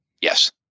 Yes